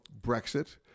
brexit